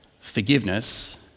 forgiveness